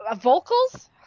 vocals